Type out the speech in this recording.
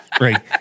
Right